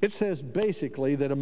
it says basically that a